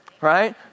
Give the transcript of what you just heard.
Right